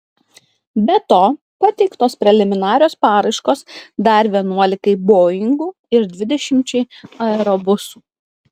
be to pateiktos preliminarios paraiškos dar vienuolikai boingų ir dvidešimčiai aerobusų